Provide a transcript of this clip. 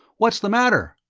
what's the matter?